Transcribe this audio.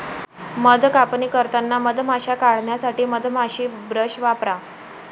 मध कापणी करताना मधमाश्या काढण्यासाठी मधमाशी ब्रश वापरा